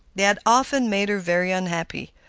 they had often made her very unhappy.